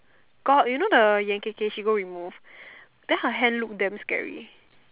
got you know the Yan Kay Kay she go remove then her hand look damn scary